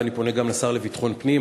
ואני פונה גם לשר לביטחון פנים.